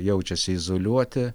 jaučiasi izoliuoti